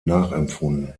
nachempfunden